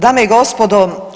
Dame i gospodo.